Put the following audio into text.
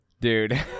Dude